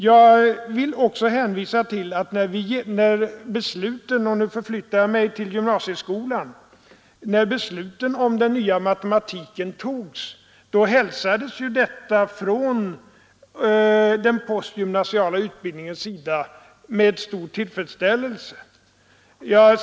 Jag vill också hänvisa till att när beslutet om den nya matematiken togs — nu förflyttar jag mig till gymnasieskolan — hälsades detta från den postgymnasiala utbildningens sida med stor tillfredsställelse.